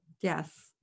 Yes